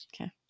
okay